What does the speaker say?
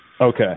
Okay